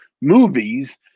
movies